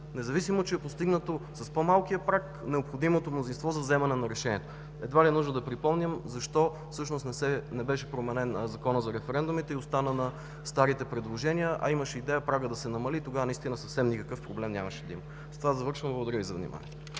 независимо че е постигнато с по-малкия праг необходимото мнозинство за вземане на решението. Едва ли е нужно да припомням защо не беше променен Законът за референдумите и остана на старите предложения, а имаше идея прагът да се намали и тогава наистина съвсем никакъв проблем нямаше да има. С това завършвам. Благодаря Ви за вниманието.